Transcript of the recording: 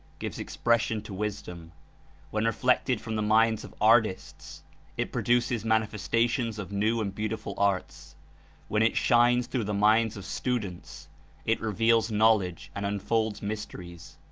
gives expression to wisdom when reflected from the minds of artists it produces manifestations of new and beautiful arts when it shines through the minds of students it reveals knowledge and unfolds mysteries.